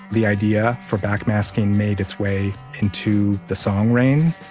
the idea for backmasking made its way into the song rain